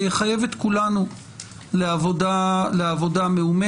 זה יחייב את כולנו לעבודה מאומצת.